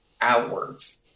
outwards